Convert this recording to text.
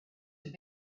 have